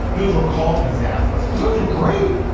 those were called pizzazz lists, but those were great.